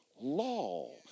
law